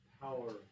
power